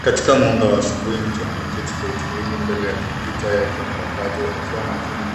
Katika mwanga wa asubuhi mtu ameketi kwa utulivu mbele ya kompyuta yake mpakato akiwa makini.